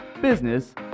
business